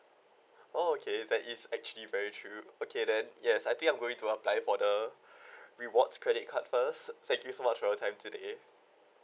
orh okay that it's actually very true okay then yes I think I'm going to apply for the rewards credit card first thank you so much for your time today